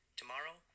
Tomorrow